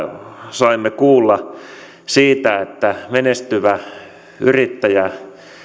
saimme kuulla kaunaa siitä että menestyvä yrittäjä